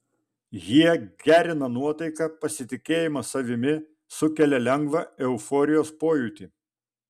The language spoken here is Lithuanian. jie gerina nuotaiką pasitikėjimą savimi sukelia lengvą euforijos pojūtį